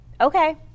okay